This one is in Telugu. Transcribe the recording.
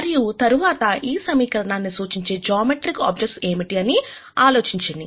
మరియు తర్వాత ఈ సమీకరణాన్ని సూచించే జామెట్రిక్ ఆబ్జెక్ట్స్ ఏమిటి అని ఆలోచించండి